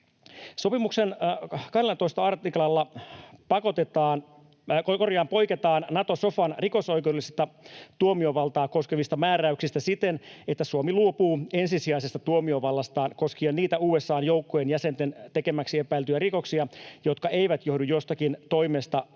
Sopimuksen 12 artiklalla poiketaan Nato-sofan rikosoikeudellista tuomiovaltaa koskevista määräyksistä siten, että Suomi luopuu ensisijaisesta tuomiovallastaan koskien niitä USA:n joukkojen jäsenten tekemiksi epäiltyjä rikoksia, jotka eivät johdu jostakin toimesta tai